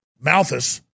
Malthus